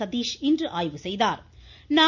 சதீஷ் இன்று ஆய்வு செய்தாா்